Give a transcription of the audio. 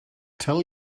tell